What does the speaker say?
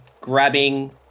grabbing